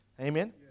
Amen